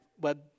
web